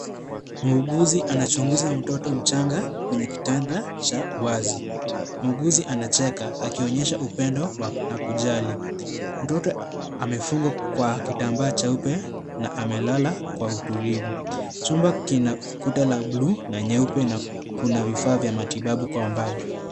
Muuguzi anachunguza mtoto mchanga kwenye kitanda cha wazi, muuguzi anacheka akionyesha upendo na kujali, mtoto amefungwa kwa kitambaa jeupe na amelala kwa utulivu, chumba kina kuta la blue na nyeupe na kuna vifaa vya matibabu kwa umbali.